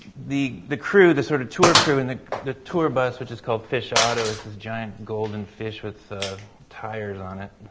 the the crew, the sort of tour crew, and the the tour bus which is called fish auto is this giant golden fish with tires on it.